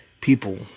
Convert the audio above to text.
People